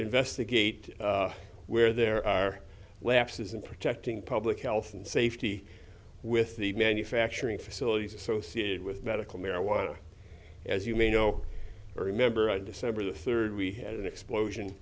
investigate where there are lapses in protecting public health and safety with the manufacturing facilities associated with medical marijuana as you may know or remember of december the third we had an explosion